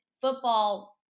football